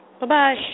Bye-bye